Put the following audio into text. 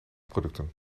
producten